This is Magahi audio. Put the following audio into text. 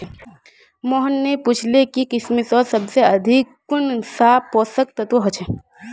मोहन ने पूछले कि किशमिशत सबसे अधिक कुंन सा पोषक तत्व ह छे